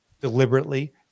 deliberately